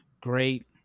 great